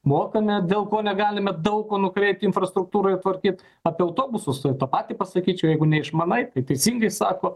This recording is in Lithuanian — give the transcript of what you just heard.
mokame dėl ko negalime daug ko nukreipti infrastruktūrai tvarkyt apie autobusus tą patį pasakyčiau jeigu neišmanai ir teisingai sako